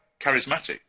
charismatic